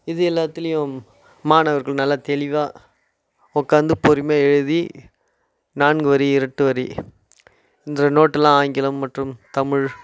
இது எல்லாத்திலியும் மாணவர்கள் நல்லா தெளிவாக உக்கார்ந்து பொறுமையாக எழுதி நான்கு வரி இரட்டு வரி என்ற நோட்டெலாம் ஆங்கிலம் மற்றும் தமிழ்